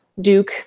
Duke